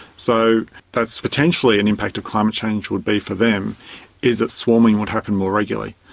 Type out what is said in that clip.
so that's potentially an impact of climate change would be for them is that swarming would happen more regularly.